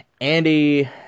andy